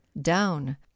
down